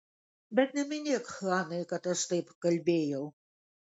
bet neminėk hanai kad aš taip kalbėjau